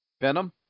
Venom